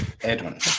Edwin